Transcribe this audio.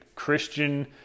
Christian